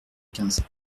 quinze